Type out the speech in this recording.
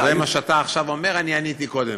על מה שאתה עכשיו אומר אני עניתי קודם.